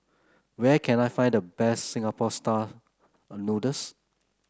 where can I find the best Singapore style noodles